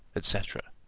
etc?